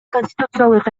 конституциялык